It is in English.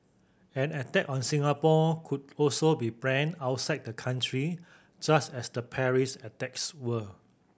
an attack on Singapore could also be planned outside the country just as the Paris attacks were